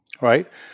right